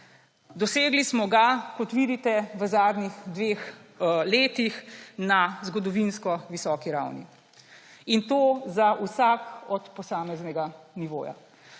Dosegli smo ga, kot vidite, v zadnjih dveh letih na zgodovinsko visoki ravni, in to za vsak posamezni nivo,